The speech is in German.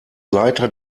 leiter